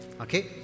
Okay